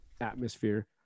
atmosphere